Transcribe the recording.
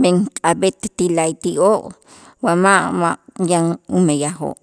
men k'ab'et ti la'ayti'oo' wa ma' ma' yan umeyajoo'.